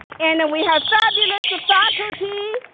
and and we have fabulous and faculty,